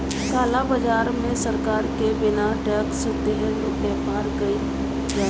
काला बाजार में सरकार के बिना टेक्स देहले व्यापार कईल जाला